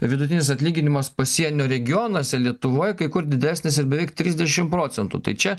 vidutinis atlyginimas pasienio regionuose lietuvoj kai kur didesnis ir beveik trisdešim procentų tai čia